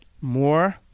more